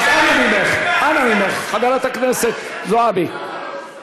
אנא ממך, חברת הכנסת זועבי.